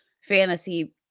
fantasy